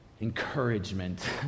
encouragement